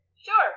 Sure